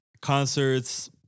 concerts